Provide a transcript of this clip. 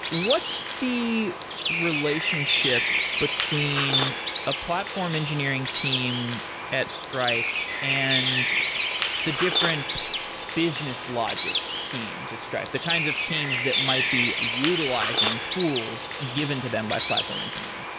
what's the relationship between a platform engineering team at stripe and the different business logic teams at stripe? the kinds of teams that might be utilizing tools given to them by platform engineering.